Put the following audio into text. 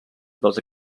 dels